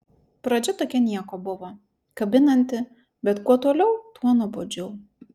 pradžia tokia nieko buvo kabinanti bet kuo toliau tuo nuobodžiau